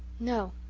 no,